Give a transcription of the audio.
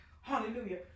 hallelujah